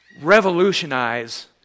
revolutionize